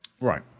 Right